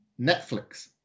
Netflix